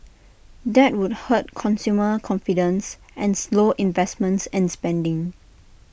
that would hurt consumer confidence and slow investments and spending